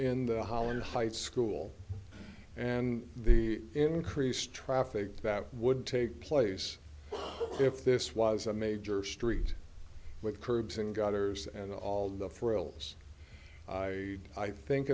in the holland high school and the increased traffic that would take place if this was a major street with curbs and gutters and all the thrills i i think